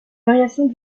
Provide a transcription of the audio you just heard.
variations